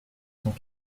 cent